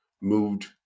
moved